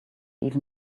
even